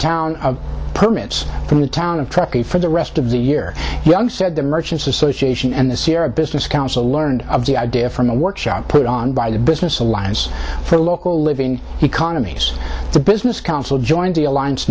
town of permits from the town of truckee for the rest of the year young said the merchants association and the sierra business council learned of the idea from a workshop put on by the business alliance for local living economies the business council joined the alliance